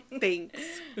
Thanks